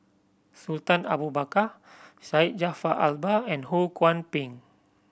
Sultan Abu Bakar Syed Jaafar Albar and Ho Kwon Ping